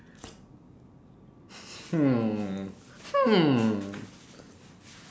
hmm hmm